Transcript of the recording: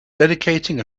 dedicating